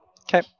Okay